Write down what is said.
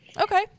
Okay